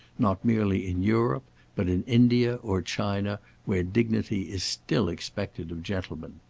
not merely in europe but in india or china, where dignity is still expected of gentlemen.